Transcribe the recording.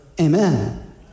amen